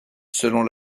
selon